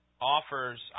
offers